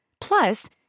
Plus